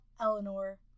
eleanor